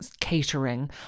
catering